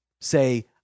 say